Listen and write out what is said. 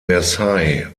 versailles